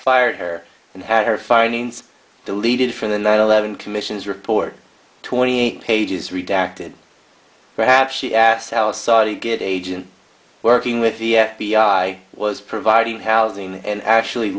fired her and had her findings deleted from the nine eleven commission's report twenty eight pages redacted perhaps she asked how saudi good agent working with the f b i was providing housing and actually